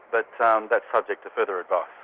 but um that's subject to further advice.